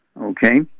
okay